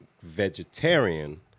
vegetarian